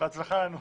בהצלחה לנו.